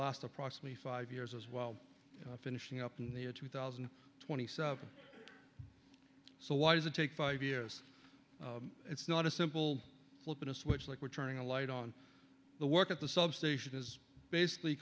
last approximately five years as well finishing up in the year two thousand and twenty seven so why does it take five years it's not a simple flipping a switch like we're turning a light on the work at the substation is basically